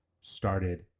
started